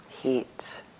heat